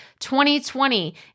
2020